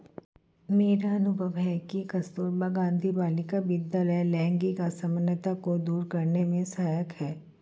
मेरा अनुभव है कि कस्तूरबा गांधी बालिका विद्यालय लैंगिक असमानता को दूर करने में सहायक है